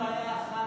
יש רק בעיה אחת,